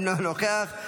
אינו נוכח.